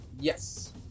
Yes